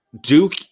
Duke